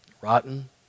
rotten